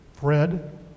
Fred